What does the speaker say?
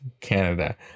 Canada